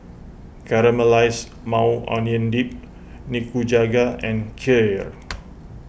Caramelized Maui Onion Dip Nikujaga and Kheer